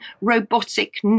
robotic